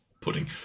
pudding